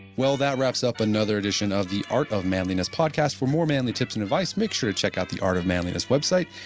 well, that wraps up another edition of the art of manliness podcast. for more manly tips and advice, make sure to check out the art of manliness website,